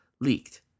leaked